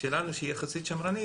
שלנו שהיא יחסית שמרנית,